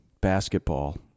basketball